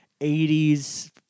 80s